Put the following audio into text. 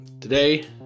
today